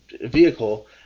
vehicle